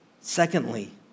Secondly